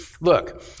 Look